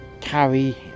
carry